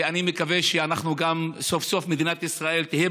ואני מקווה שסוף-סוף מדינת ישראל תהיה